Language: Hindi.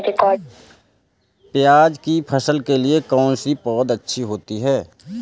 प्याज़ की फसल के लिए कौनसी पौद अच्छी होती है?